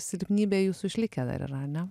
silpnybė jūsų išlikę dar yra ane